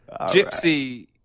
Gypsy